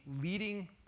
leading